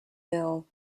mill